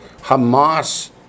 Hamas